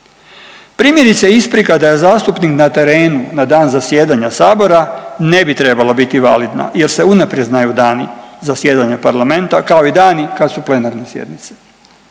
Primjerice isprika da je zastupnik na terenu na dan zasjedanja sabora ne bi trebala biti validna jer se unaprijed znaju dani zasjedanja parlamenta kao i dani ka su plenarne sjednice.